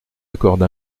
accorde